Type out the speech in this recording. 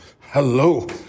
Hello